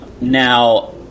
now